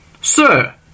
Sir